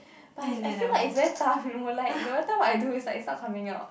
but I I feel like it's very tough you know like no matter what I do it's not coming out